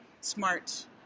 smart